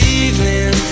evening